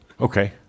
okay